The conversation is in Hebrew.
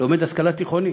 לומד השכלה תיכונית,